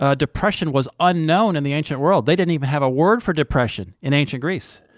ah depression was unknown in the ancient world. they didn't even have a word for depression in ancient greece,